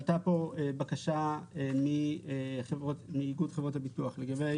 עלתה פה בקשה מאיגוד חברות הביטוח לגבי